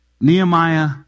Nehemiah